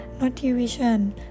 motivation